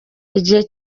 igihe